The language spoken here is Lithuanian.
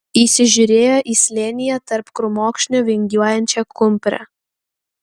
įsižiūrėjo į slėnyje tarp krūmokšnių vingiuojančią kumprę